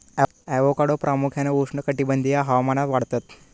avocado प्रामुख्यान उष्णकटिबंधीय हवामानात वाढतत